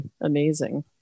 amazing